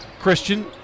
Christian